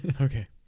Okay